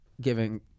giving